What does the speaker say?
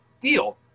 deal